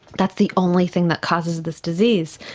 that's the only thing that causes this disease.